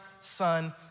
Son